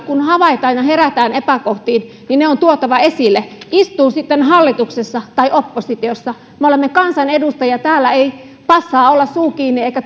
kun havaitaan ja herätään epäkohtiin niin mielestäni ne on kyllä tuotava esille istuu sitten hallituksessa tai oppositiossa me olemme kansanedustajia täällä ei passaa olla suu kiinni eikä